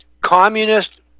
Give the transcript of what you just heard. communist